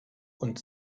und